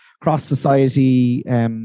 cross-society